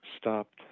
stopped